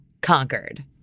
conquered